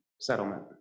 settlement